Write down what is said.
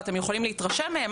ואתם יכולים להתרשם מהם,